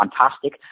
fantastic